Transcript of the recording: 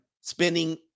spending